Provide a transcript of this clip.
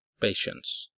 patience